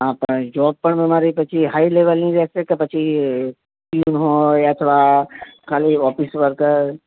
હા પણ જોબ પણ પછી મારી હાઈ લેવલની રહેશે કે પછી અથવા ખાલી ઓફિસ વર્ક જ